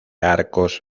arcos